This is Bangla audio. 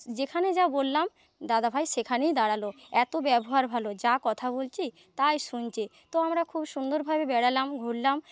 যেখানে যা বললাম দাদাভাই সেখানেই দাঁড়ালো এতো ব্যবহার ভালো যা কথা বলছি তাই শুনছে তো আমরা খুব সুন্দরভাবে বেড়ালাম ঘুরলাম